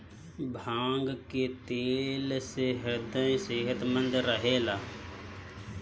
भांग के तेल से ह्रदय सेहतमंद रहेला